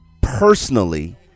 personally